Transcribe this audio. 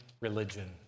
religion